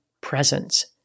presence